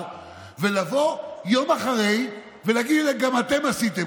ולבוא יום אחרי ולהגיד: גם אתם עשיתם.